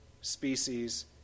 species